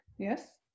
Yes